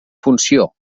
funció